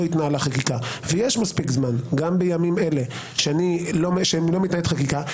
התנהלה חקיקה ויש מספיק זמן גם בימים אלה שלא מתנהלת חקיקה.